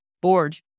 board